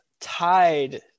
tied